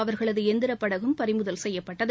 அவா்களது எந்திரப்படகும் பறிமுதல் செய்யப்பட்டது